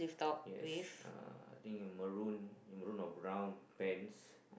yes uh I think in maroon in maroon or brown pants